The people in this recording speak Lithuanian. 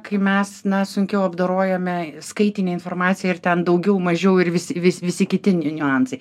kai mes na sunkiau apdorojame skaitinę informaciją ir ten daugiau mažiau ir vis vis visi kiti niuansai